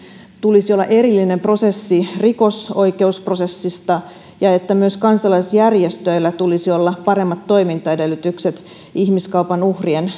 tulisi olla erillinen prosessi rikosoikeusprosessista ja että myös kansalaisjärjestöillä tulisi olla paremmat toimintaedellytykset ihmiskaupan uhrien